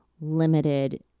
limited